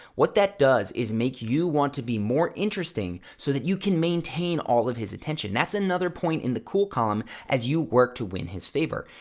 what that does is make you want to be more interesting so that you can maintain all of his attention. that's another point in the cool column as you work to win his favor.